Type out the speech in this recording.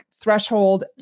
Threshold